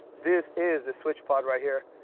this is the switchpod right here.